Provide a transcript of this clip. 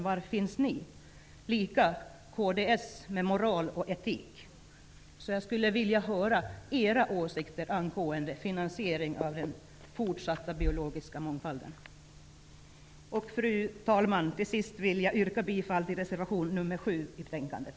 Likaså undrar jag hur det är med kds, som värnar moral och etik. Jag skulle vilja höra era åsikter angående finansieringen av den fortsatta hanteringen beträffande den biologiska mångfalden. Fru talman! Till sist yrkar jag bifall till reservation nr 7 i betänkandet.